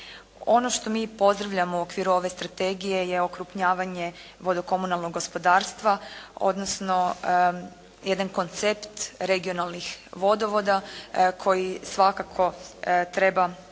Ono što mi pozdravljamo u okviru ove strategije je okrupnjavanje vodokomunalnog gospodarstva odnosno jedan koncept regionalnih vodovoda koji svakako treba